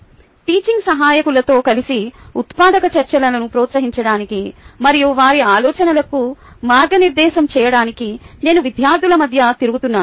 teaching సహాయకులతో కలిసి ఉత్పాదక చర్చలను ప్రోత్సహించడానికి మరియు వారి ఆలోచనలకు మార్గనిర్దేశం చేయడానికి నేను విద్యార్థుల మధ్య తిరుగుతున్నాను